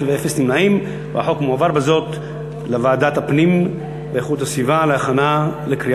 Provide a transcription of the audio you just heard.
2013, לוועדת הפנים והגנת הסביבה נתקבלה.